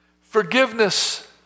Forgiveness